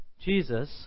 Jesus